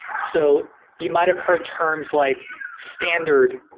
so you might have heard terms like standard,